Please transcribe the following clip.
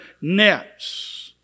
nets